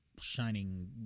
Shining